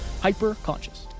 hyper-conscious